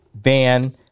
van